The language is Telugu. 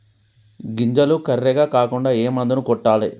గింజలు కర్రెగ కాకుండా ఏ మందును కొట్టాలి?